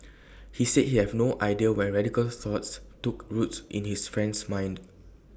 he said he have no idea when radical thoughts took root in his friend's mind